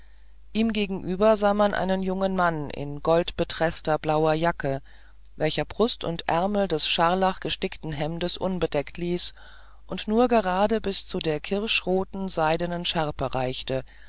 ihm gegenüber sah man einen jungen mann in goldbetreßter blauer jacke welche brust und ärmel des scharlachgestickten hemdes unbedeckt ließ und nur gerade bis zu der kirschroten seidenen schärpe reichte